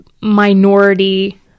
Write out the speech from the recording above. minority